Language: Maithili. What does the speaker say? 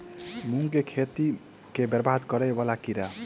मूंग की खेती केँ बरबाद करे वला कीड़ा?